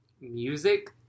music